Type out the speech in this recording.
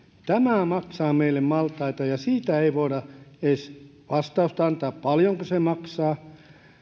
tämä maksaa meille maltaita ja siitä ei voida edes vastausta antaa paljonko se maksaa